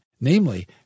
namely